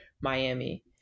Miami